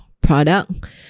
product